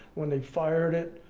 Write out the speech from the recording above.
when they fired it,